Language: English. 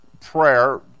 prayer